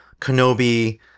Kenobi